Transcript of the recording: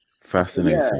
Fascinating